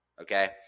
Okay